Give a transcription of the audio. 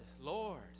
Lord